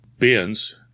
Bins